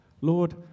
Lord